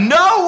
no